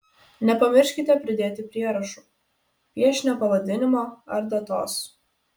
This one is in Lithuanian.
nepamirškite pridėti prierašų piešinio pavadinimo ar datos